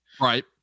right